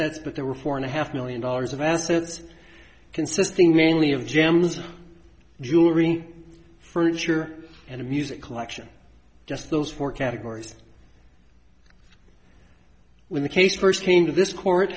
assets but there were four and a half million dollars of assets consisting mainly of gems jewelry furniture and music collection just those four categories when the case first came to this court